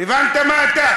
הבנת מה אתה?